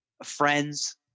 friends